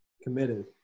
committed